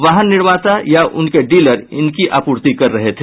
वाहन निर्माता या उनके डीलर इनकी आपूर्ति कर रहे हैं